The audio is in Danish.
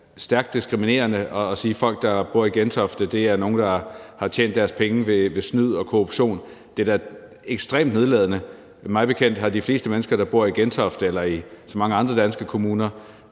stærkt diskriminerende at sige, at folk, der bor i Gentofte, er nogen, der har tjent deres penge ved snyd og korruption. Det er da ekstremt nedladende. Mig bekendt har de fleste mennesker, der bor i Gentofte eller i så mange andre danske kommuner,